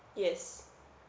yes